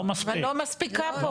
לא מספיק.